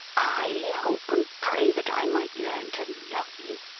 i hope and pray that i might learn to love you?